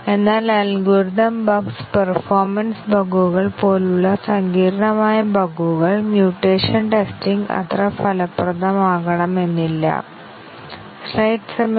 അതിനാൽ നമുക്ക് ഇങ്ങനെ എഴുതാം സ്റ്റേറ്റ്മെൻറ് 1 ന്റ്റെ DEF സെറ്റ് a ആണ് സ്റ്റേറ്റ്മെൻറ് 1 ന്റ്റെ USES സെറ്റ് സെറ്റ് b ആണ്